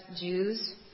Jews